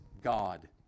God